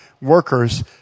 workers